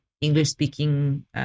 English-speaking